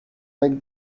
like